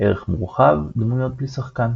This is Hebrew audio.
ערך מורחב – דמויות בלי שחקן